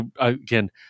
Again